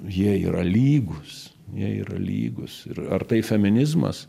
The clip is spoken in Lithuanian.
jie yra lygūs jie yra lygūs ir ar tai feminizmas